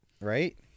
Right